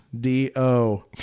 D-O